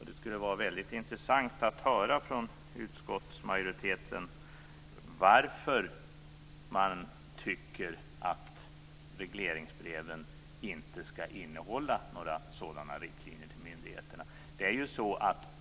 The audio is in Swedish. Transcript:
Det skulle vara väldigt intressant att höra från utskottsmajoriteten varför man tycker att regleringsbreven inte skall innehålla några sådana riktlinjer till myndigheterna.